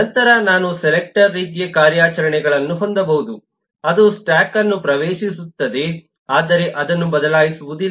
ನಂತರ ನಾನು ಸೆಲೆಕ್ಟರ್ ರೀತಿಯ ಕಾರ್ಯಾಚರಣೆಗಳನ್ನು ಹೊಂದಬಹುದು ಅದು ಸ್ಟ್ಯಾಕ್ ಅನ್ನು ಪ್ರವೇಶಿಸುತ್ತದೆ ಆದರೆ ಅದನ್ನು ಬದಲಾಯಿಸುವುದಿಲ್ಲ